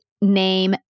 name